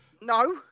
No